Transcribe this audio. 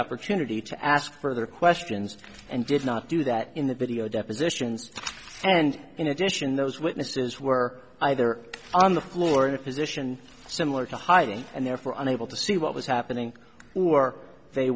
opportunity to ask further questions and did not do that in the video depositions and in addition those witnesses were either on the floor in a position similar to hiding and therefore unable to see what was happening or they